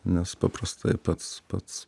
nes paprastai pats pats